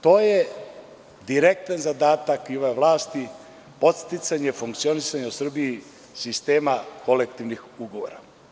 To je direktan zadatak i ove vlasti, podsticanje, funkcionisanje u Srbiji sistema kolektivnih ugovora.